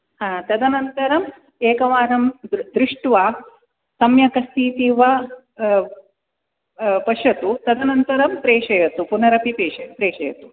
तदनन्तरं एकवारं दृ दृष्ट्वा सम्यक् अस्तीति वा पश्यतु तदनन्तरं प्रेषयतु पुनरपि प्रेषय प्रेषयतु